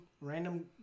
random